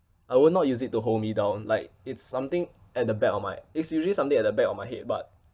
I will not use it to hold me down like it's something at the back of my it's usually something at the back of my head but